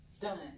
done